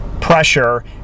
pressure